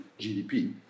GDP